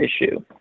issue